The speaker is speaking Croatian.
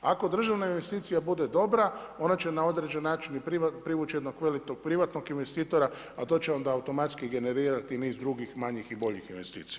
Ako državna investicija bude dobra, ona će na određeni način, privući jednog velikog privatnog investitora, a to će onda automatski generirati niz drugih manjih i bolji investicija.